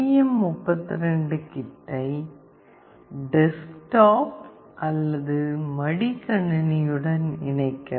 M32 கிட்டை desktop அல்லது மடிக்கணினியுடன் இணைக்கவும்